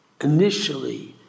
initially